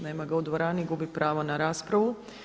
Nema ga u dvorani, gubi pravo na raspravu.